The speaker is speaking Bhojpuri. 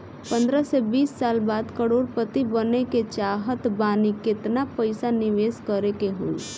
पंद्रह से बीस साल बाद करोड़ पति बने के चाहता बानी केतना पइसा निवेस करे के होई?